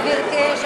אתה טועה.